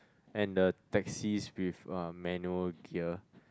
and the taxis with um manual gear